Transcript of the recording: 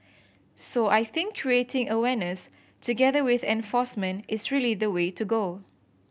so I think creating awareness together with enforcement is really the way to go